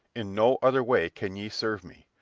in no other way can ye serve me.